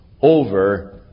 over